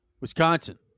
Wisconsin